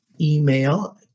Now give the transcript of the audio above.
email